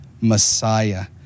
Messiah